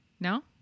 No